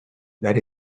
that